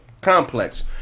complex